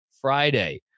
Friday